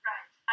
Right